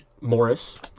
Morris